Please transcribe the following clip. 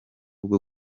bwo